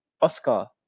Oscar